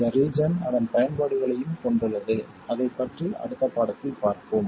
இந்த ரீஜன் அதன் பயன்பாடுகளையும் கொண்டுள்ளது அதைப் பற்றி அடுத்த பாடத்தில் பார்ப்போம்